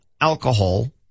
alcohol